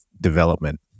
development